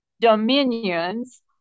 dominions